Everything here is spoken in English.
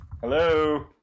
Hello